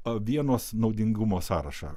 avienos naudingumo sąrašą